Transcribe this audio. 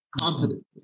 confidently